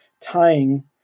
tying